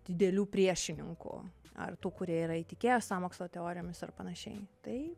didelių priešininkų ar tų kurie yra įtikėję sąmokslo teorijomis ar panašiai tai